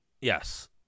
Yes